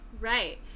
Right